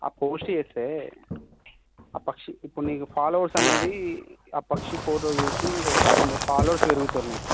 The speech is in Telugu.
ఆ పోస్ట్ చేస్తే ఆ పక్షి ఇప్పుడు నీకు ఫాలోవర్స్ అనేది ఆ పక్షి ఫోటో చూసి ఒక కొందరు ఫాలోవర్స్ పెరుగుతారు నీకు